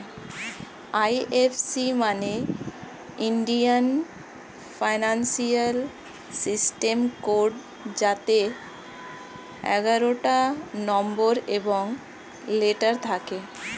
এই F C মানে Indian financial system code যাতে এগারোটা নম্বর এবং লেটার থাকে